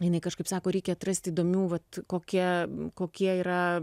jinai kažkaip sako reikia atrasti įdomių vat kokie kokie yra